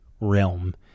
realm